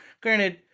granted